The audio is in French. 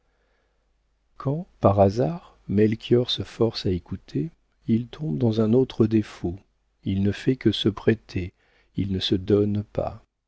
quand par hasard melchior se force à écouter il tombe dans un autre défaut il ne fait que se prêter il ne se donne pas